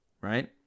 right